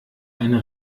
eine